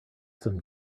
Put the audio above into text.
some